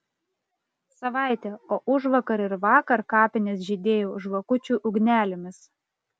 savaitė o užvakar ir vakar kapinės žydėjo žvakučių ugnelėmis